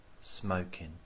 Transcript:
smoking